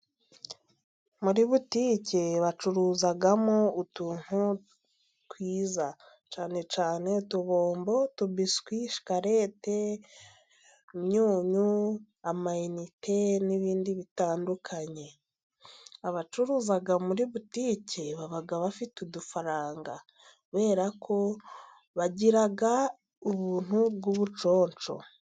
Muri butike bacuruzamo utuntu twiza cyane cyane: utubombo, utubiswi, shikalete ,imyunyu ,amayinite n'ibindi bitandukanye: Abacuruza muri butique baba bafite udufaranga, kubera ko bagira ubuntu bw'ubuconsho.